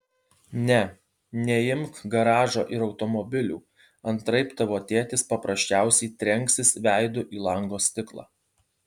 ne neimk garažo ir automobilių antraip tavo tėtis paprasčiausiai trenksis veidu į lango stiklą